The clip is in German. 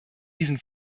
diesen